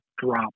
drop